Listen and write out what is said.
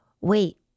wait